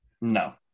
no